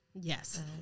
Yes